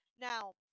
Now